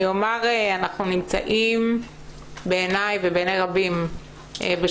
אני אומר שבעיניי ובעיני רבים אנחנו נמצאים